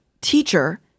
teacher